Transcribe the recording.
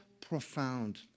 profound